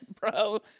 bro